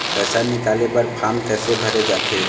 पैसा निकाले बर फार्म कैसे भरे जाथे?